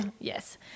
yes